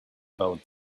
about